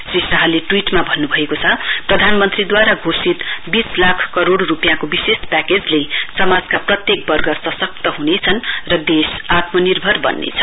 श्री शाहले ट्वीटमा भन्नुङएको छ प्रधानमन्त्रीदूवारा घोषित बीस लाख करोइ रुपियाँको विशेष प्याकेजले समाजका पत्येक वर्ग सशक्त हुनेछन् र देश आत्मानिर्भर बन्नेछ